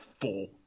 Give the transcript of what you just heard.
four